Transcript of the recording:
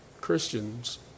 Christians